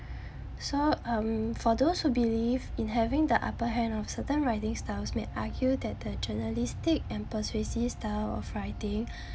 so um for those who believe in having the upper hand of certain writing styles may argue that the journalistic and persuasive style of writing